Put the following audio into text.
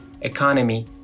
economy